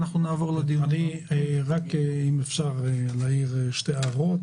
אם אפשר להעיר שתי הערות.